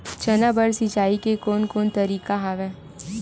चना बर सिंचाई के कोन कोन तरीका हवय?